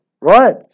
right